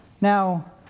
Now